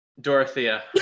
Dorothea